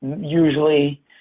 Usually